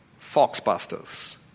Foxbusters